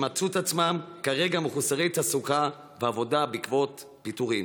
שמצאו את עצמם כרגע מחוסרי תעסוקה ועבודה בעקבות פיטורים,